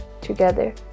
together